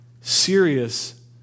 serious